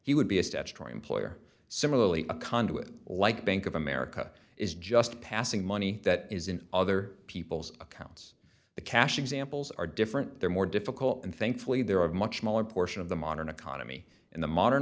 he would be a statutory employer similarly a conduit like bank of america is just passing money that is in other people's accounts the cash examples are different they're more difficult and thankfully they're of much smaller portion of the modern economy and the modern